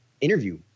interview